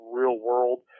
real-world